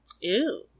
Ew